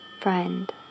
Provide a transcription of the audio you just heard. friend